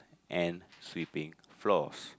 and sweeping floors